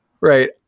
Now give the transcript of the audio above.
Right